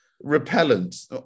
repellent